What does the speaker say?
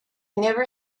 never